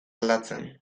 aldatzen